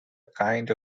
kind